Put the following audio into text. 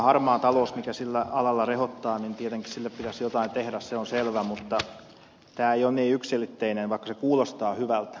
harmaalle taloudelle mikä sillä alalla rehottaa pitäisi tietenkin jotain tehdä se on selvä mutta tämä ei ole niin yksiselitteistä vaikka se kuulostaa hyvältä